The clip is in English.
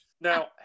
Now